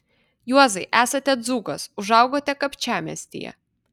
juozai esate dzūkas užaugote kapčiamiestyje